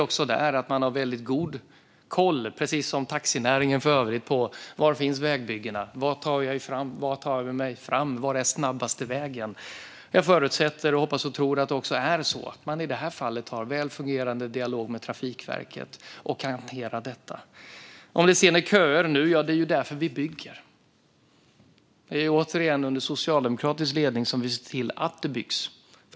Jag vet att man, precis som taxinäringen, har väldigt god koll på var vägbyggen finns, var man kan ta sig fram och vilken som är den snabbaste vägen. Jag förutsätter, hoppas och tror att det är så att man i det här fallet har en väl fungerande dialog med Trafikverket och kan hantera detta. Det är köer nu, men det är ju därför vi bygger. Det är, återigen, under socialdemokratisk ledning som vi ser till att det byggs.